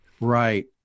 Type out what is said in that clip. Right